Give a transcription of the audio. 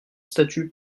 statues